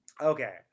Okay